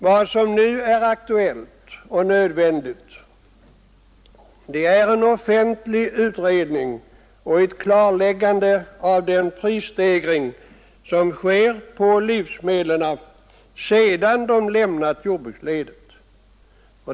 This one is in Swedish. Vad som nu är aktuellt och nödvändigt är en offentlig utredning och ett klarläggande av den prisstegring som sker på livsmedlen sedan de lämnat jordbruksledet.